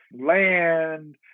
land